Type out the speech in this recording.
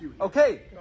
Okay